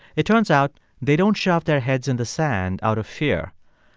it turns out they don't shove their heads in the sand out of fear.